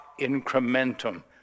incrementum